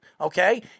Okay